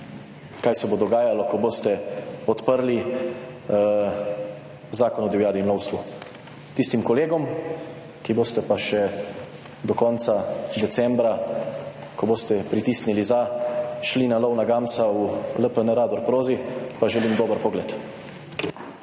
kaj se bo dogajalo, ko boste podprli Zakon o divjadi in lovstvu. Tistim kolegom, ki boste pa še do konca decembra, ko boste pritisnili za, šli na lov na gamsa v LPN Razor Prozi, pa želim dober pogled.